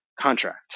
contract